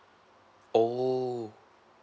oh